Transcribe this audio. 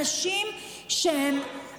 אנשים שהם,